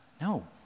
No